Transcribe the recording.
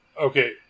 Okay